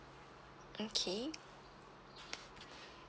okay